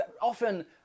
Often